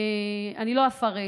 אני לא אפרט.